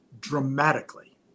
dramatically